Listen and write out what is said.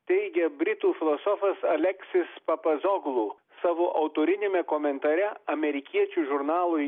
teigė britų filosofas aleksijus papazoglu savo autoriniame komentare amerikiečių žurnalui